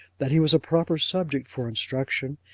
that he was a proper subject for instruction,